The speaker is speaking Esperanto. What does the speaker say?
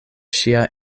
ŝia